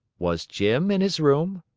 was jim in his room?